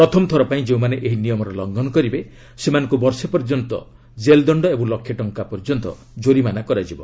ପ୍ରଥମ ଥର ପାଇଁ ଯେଉଁମାନେ ଏହି ନିୟମର ଲଙ୍ଘନ କରିବେ ସେମାନଙ୍କୁ ବର୍ଷେ ପର୍ଯ୍ୟନ୍ତ ଜେଲ୍ଦଶ୍ଡ ଓ ଲକ୍ଷେ ଟଙ୍କା ପର୍ଯ୍ୟନ୍ତ କୋରିମାନା କରାଯିବ